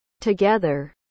Together